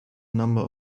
number